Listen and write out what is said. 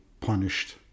punished